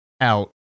out